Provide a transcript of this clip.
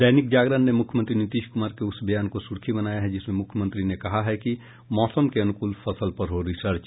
दैनिक जागरण ने मुख्यमंत्री नीतीश कुमार के उस बयान को सुर्खी बनाया है जिसमें मुख्यमंत्री ने कहा है कि मौसम के अनुकूल फसल पर हो रिसर्च